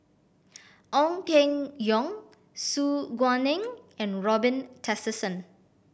Ong Keng Yong Su Guaning and Robin Tessensohn